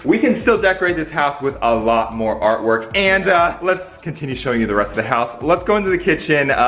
we can still decorate this house with a lot more artwork. and let's continue showing you the rest of the house. but let's go into the kitchen.